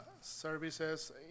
services